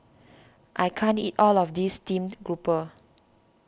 I can't eat all of this Steamed Grouper